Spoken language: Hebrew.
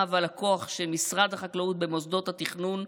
ועל הכוח של משרד החקלאות במוסדות התכנון.